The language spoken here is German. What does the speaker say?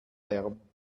lärm